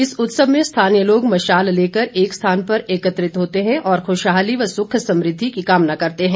इस उत्सव में स्थानीय लोग मशाल लेकर एक स्थान पर एकत्रित होते हैं और खुशहाली व सुख समृद्धि की कामना करते हैं